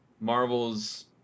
Marvel's